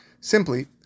Simply